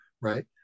right